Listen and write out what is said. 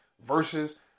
versus